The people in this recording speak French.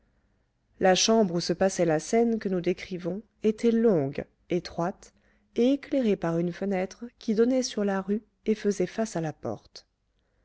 la chambre où se passait la scène que nous décrivons était longue étroite et éclairée par une fenêtre qui donnait sur la rue et faisait face à la porte